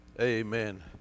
Amen